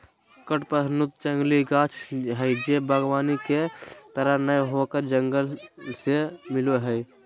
कडपहनुत जंगली गाछ हइ जे वागबानी के तरह नय होकर जंगल से मिलो हइ